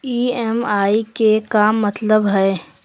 EMI के का मतलब हई?